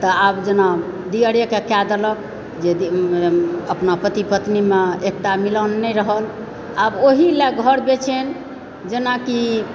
तऽ आब जेना दिअरेके कए देलक जे अपना पति पत्नीमे एकता मिलान नहि रहल आब ओहिलऽ घर बेचैन जेनाकि